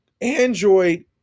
Android